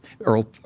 earl